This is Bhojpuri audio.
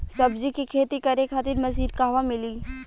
सब्जी के खेती करे खातिर मशीन कहवा मिली?